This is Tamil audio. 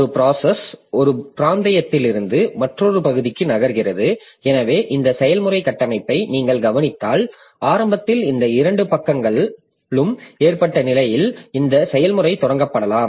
ஒரு ப்ராசஸ் ஒரு பிராந்தியத்திலிருந்து மற்றொரு பகுதிக்கு நகர்கிறது எனவே இந்த செயல்முறை கட்டமைப்பை நீங்கள் கவனித்தால் ஆரம்பத்தில் இந்த இரண்டு பக்கங்களும் ஏற்றப்பட்ட நிலையில் இந்த செயல்முறை தொடங்கப்படலாம்